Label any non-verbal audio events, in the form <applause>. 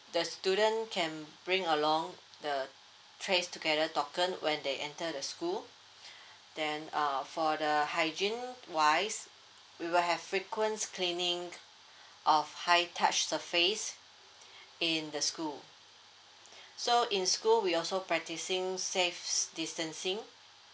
the student can bring along the trace together token when they enter the school <breath> then uh for the hygiene wise we will have frequents cleaning of high touch surface <breath> in the school <breath> so in school we also practicing safe distancing